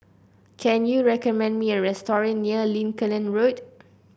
can you recommend me a restaurant near Lincoln Road